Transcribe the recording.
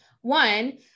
One